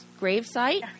gravesite